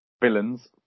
villains